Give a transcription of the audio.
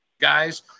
Guys